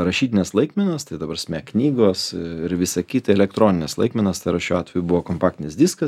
rašytines laikmenas tai ta prasme knygos ir visa kita elektronines laikmenas tai yra šiuo atveju buvo kompaktinis diskas